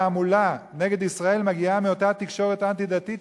התעמולה נגד ישראל מגיעה מאותה תקשורת אנטי-דתית